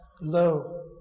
low